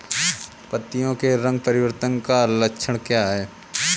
पत्तियों के रंग परिवर्तन का लक्षण क्या है?